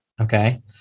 Okay